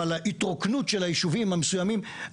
אבל ההתרוקנות של היישובים המסוימים.